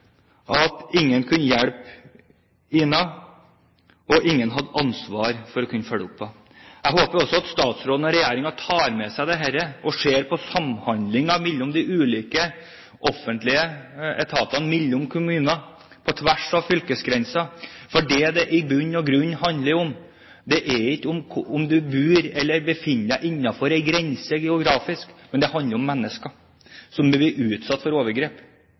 at ingen kunne hjelpe Ina, og ingen hadde ansvaret for å følge henne opp. Jeg håper at statsråden og regjeringen tar med seg dette og ser på samhandlingen mellom de ulike offentlige etatene og mellom kommunene på tvers av fylkesgrenser, for det det i bunn og grunn handler om, er ikke om en bor eller befinner seg innenfor en grense geografisk, men om mennesker som blir utsatt for overgrep,